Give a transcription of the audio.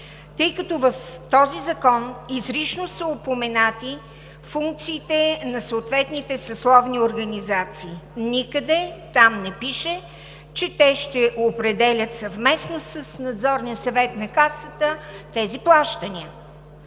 тъй като в този закон изрично са упоменати функциите на съответните съсловни организации – никъде там не пише, че те ще определят съвместно с Надзорния съвет на Касата тези плащания.